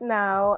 now